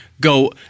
go